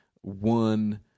one